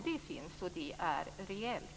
Det behovet finns, och det är reellt.